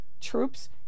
troops